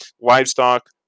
Livestock